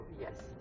yes